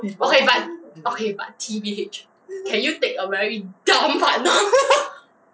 then the poor people